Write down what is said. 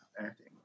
acting